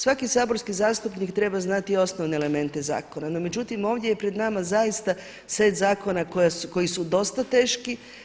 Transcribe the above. Svaki saborski zastupnik treba znati osnovne elemente zakona, no međutim ovdje je pred nama zaista set zakona koji su dosta teški.